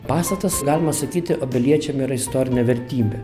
pastatas galima sakyti obeliečiam yra istorinė vertybė